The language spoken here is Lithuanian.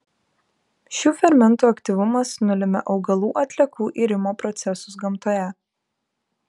šių fermentų aktyvumas nulemia augalų atliekų irimo procesus gamtoje